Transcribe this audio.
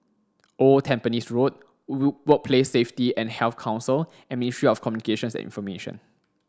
Old Tampines Road Woo Workplace Safety an Health Council and Ministry of Communications and Information